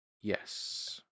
yes